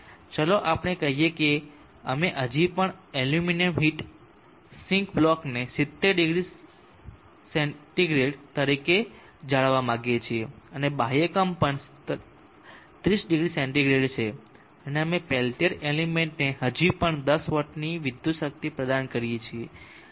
ચાલો આપણે કહીએ કે અમે હજી પણ આ એલ્યુમિનિયમ હીટ સિંક બ્લોકને 700 સેન્ટિગ્રેડ તરીકે જાળવવા માંગીએ છીએ અને બાહ્ય કંપન 300 સેન્ટિગ્રેડ છે અને અમે પેલેટીઅર એલિમેન્ટ ને હજી પણ 10 વોટની વિદ્યુત શક્તિ પ્રદાન કરીએ છીએ